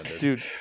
dude